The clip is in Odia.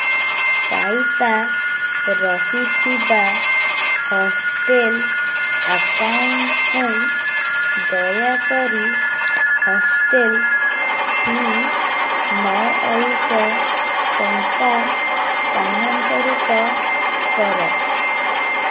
ସାଇତା ରହିଥିବା ହଷ୍ଟେଲ୍ ଆକାଉଣ୍ଟକୁ ଦୟାକରି ହଷ୍ଟେଲ୍ ଫି ନଅ ଅୟୁତ ଟଙ୍କା ସ୍ଥାନାନ୍ତରିତ କର